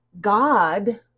God